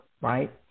right